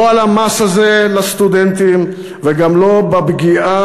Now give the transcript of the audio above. לא למס הזה על הסטודנטים וגם לא לפגיעה